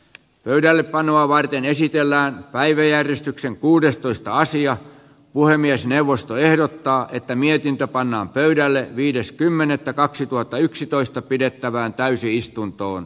pöydällepanoa varten esitellään päiväjärjestykseen kuudestoista sija puhemiesneuvosto ehdottaa että mietintö pannaan pöydälle viides kymmenettä kaksituhattayksitoista pidettävään täysistuntoon